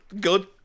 Good